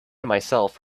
myself